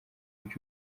ujye